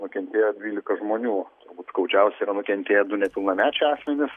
nukentėjo dvylika žmonių turbūt skaudžiausiai yra nukentėję du nepilnamečiai asmenys